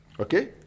okay